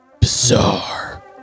Bizarre